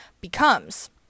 becomes